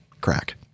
crack